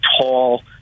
tall